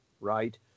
right